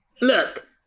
Look